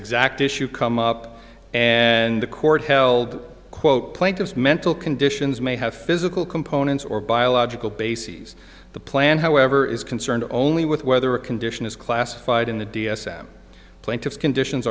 exact issue come up and the court held quote plaintiffs mental conditions may have physical components or biological bases the plan however is concerned only with whether a condition is classified in the d s m plaintiff's conditions